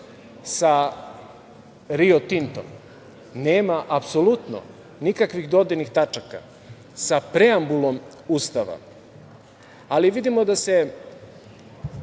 sa Rio Tintom, nema apsolutno nikakvih dodirnih tačaka sa preambulom Ustava. Ali, vidimo da,